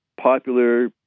popular